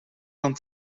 van